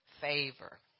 favor